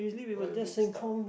while being stuck